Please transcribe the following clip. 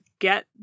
get